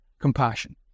compassion